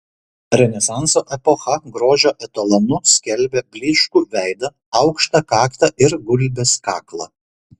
renesanso epocha grožio etalonu skelbė blyškų veidą aukštą kaktą ir gulbės kaklą